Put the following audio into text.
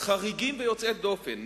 חריגים ויוצאי דופן.